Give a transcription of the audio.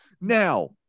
Now